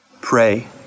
Pray